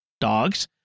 dogs